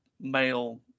male